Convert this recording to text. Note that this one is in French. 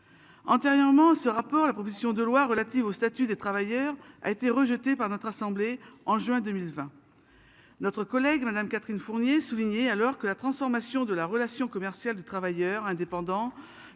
Antérieurement. Ce rapport, la proposition de loi relative au statut des travailleurs a été rejeté par notre assemblée en juin 2020. Notre collègue Madame Catherine Fournier souligné alors que la transformation de la relation commerciale du travailleur indépendant